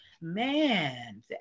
man